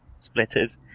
splitters